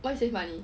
why you save money